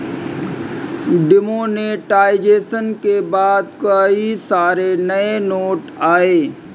demonetisation के बाद कई सारे नए नोट आये